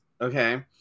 okay